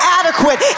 adequate